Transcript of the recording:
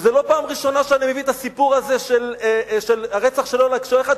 זו לא הפעם הראשונה שאני מביא את הסיפור הזה של הרצח של אולג שייחט,